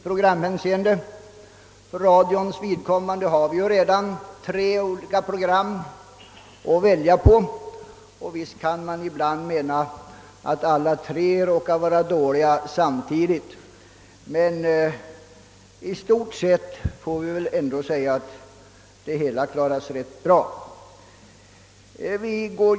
För radions del har vi redan tre olika program att välja på. Visst kan man ibland tycka att alla tre är dåliga samtidigt, men vi får väl ändå säga att systemet i stort sett fungerar hyggligt.